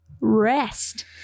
rest